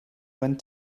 went